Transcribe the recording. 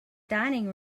dining